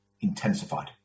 intensified